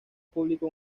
público